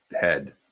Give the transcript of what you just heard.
head